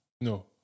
No